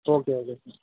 okay okay sir